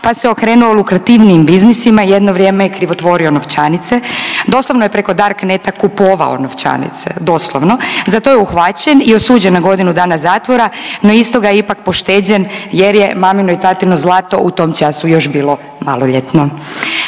pa se okrenuo lukrativnijim biznisima. Jedno vrijeme je krivotvorio novčanice. Doslovno je preko darkneta kupovao novčanice, doslovno. Za to je uhvaćen i osuđen na godinu dana zatvora, no istoga je ipak pošteđen jer je mamino i tatino zlato u tom času još bilo maloljetno.